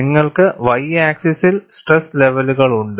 നിങ്ങൾക്ക് y ആക്സിസ്സിൽ stress ലെവലുകൾ ഉണ്ട്